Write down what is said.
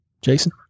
Jason